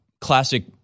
classic